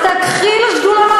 תתחילו שדולה,